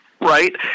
right